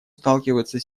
сталкиваются